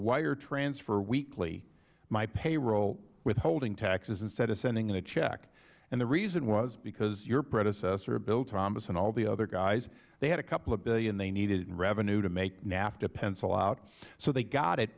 wiretransfer weekly my payroll withholding taxes instead of sending a check and the reason was because your predecessor bill thomas and all the other guys they had a couple of billion they needed revenue to make nafta pencil out so they got it